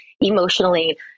emotionally